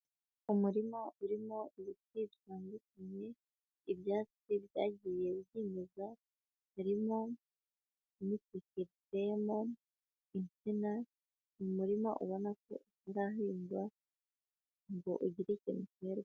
Umurima urimo ibiti bitandukanye, ibyatsi byagiye byimeza, harimo n'iteke riteyemo, insina, ni umurima ubona ko utarahingwa ngo ugire ikintu uterwa.